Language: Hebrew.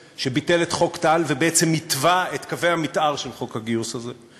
שביטל את חוק טל ובעצם התווה את קווי המתאר של חוק הגיוס הזה,